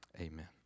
amen